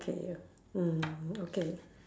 K mm okay